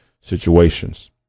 situations